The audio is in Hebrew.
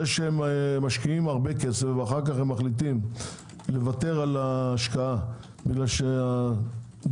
זה שהם משקיעים הרבה כסף ואז מחליטים לוותר על ההשקעה כי הגז